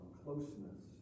closeness